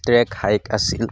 track hike আছিল